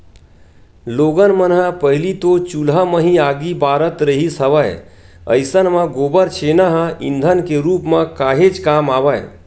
लोगन मन ह पहिली तो चूल्हा म ही आगी बारत रिहिस हवय अइसन म गोबर छेना ह ईधन के रुप म काहेच काम आवय